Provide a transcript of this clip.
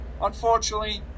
Unfortunately